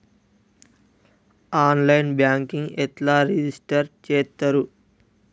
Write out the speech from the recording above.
On line banking ఎట్లా register చేత్తరు?